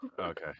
Okay